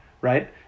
right